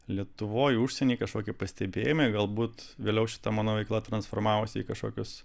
lietuvoj užsieny kažkokie pastebėjimai galbūt vėliau šita mano veikla transformavosi į kažkokius